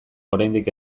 oraindik